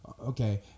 okay